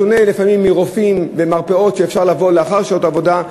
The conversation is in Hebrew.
בשונה לפעמים מרופאים ומרפאות שאפשר לבוא אליהם לאחר שעות העבודה,